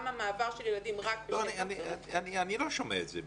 גם המעבר של הילדים --- אני לא שומע את זה --- הנה,